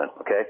okay